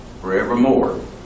forevermore